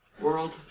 world